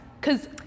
Cause